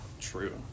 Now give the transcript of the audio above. true